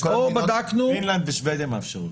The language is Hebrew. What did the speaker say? פינלנד ושבדיה מאפשרות.